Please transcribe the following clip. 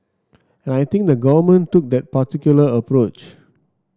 and I think the Government took that particular approach